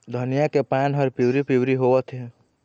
धनिया के पान हर पिवरी पीवरी होवथे?